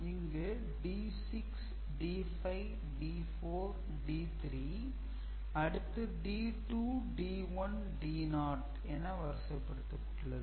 இங்கு D6 D5 D4 D3 அடுத்து D2 D1 D0 என வரிசைப் படுத்தப்பட்டுள்ளது